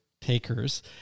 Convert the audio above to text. takers